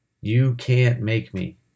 you-can't-make-me